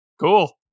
cool